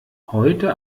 heute